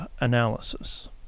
analysis